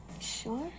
Sure